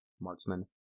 marksman